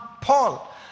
Paul